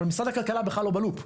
אבל משרד הכלכלה בכלל לא בלופ.